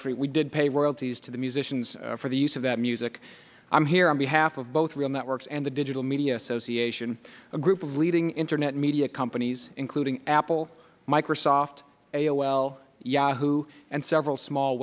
actually we did pay royalties to the musicians for the use of that music i'm here on behalf of both real networks and the digital media association a group of leading internet media companies including apple microsoft a o l yahoo and several small